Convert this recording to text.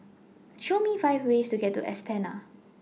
Show Me five ways to get to Astana